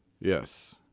Yes